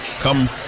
Come